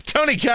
Tony